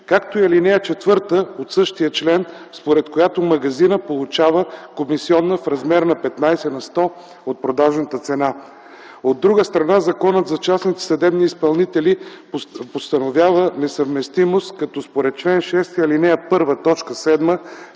както и ал. 4 от същия член, според която магазинът получава комисионна в размер на 15 на сто от продажната цена. От друга страна, Законът за частните съдебни изпълнители постановява несъвместимост, като според чл. 6, ал. 1,